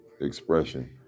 expression